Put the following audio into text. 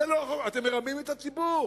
אתם מרמים את הציבור.